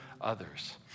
others